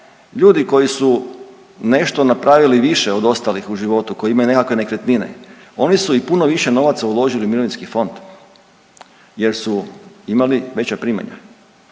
ljudi koji su nešto napravili više od ostalih u životu, koji imaju nekakve nekretnine, oni su i puno više novaca uložili u mirovinski fond jer su imali veća primanja